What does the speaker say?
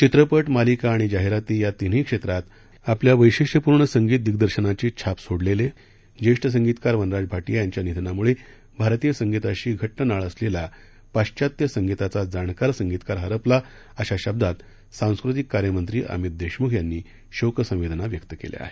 चित्रपट मालिका आणि जाहिराती या तिन्ही क्षेत्रांत आपल्या वश्विष्यपूर्ण संगीत दिग्दर्शनाची छाप सोडलेले ज्येष्ठ संगीतकार वनराज भाटिया यांच्या निधनामुळे भारतीय संगीताशी घट्ट नाळ असलेला पाश्वात्य संगीताचा जाणकार संगीतकार हरपला अशा शब्दांत सांस्कृतिक कार्य मंत्री अमित देशमुख यांनी शोकसंवेदना व्यक्त केल्या आहेत